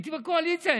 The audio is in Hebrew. הייתי בקואליציה,